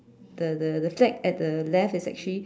the the the flag at the left is actually